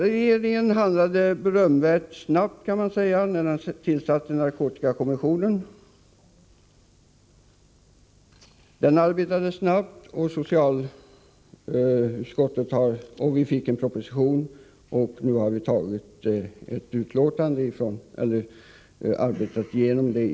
Regeringen handlade berömvärt snabbt, när den tillsatte narkotikakommissionen. Även kommissionen har arbetat fort.